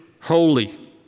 Holy